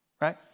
right